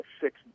six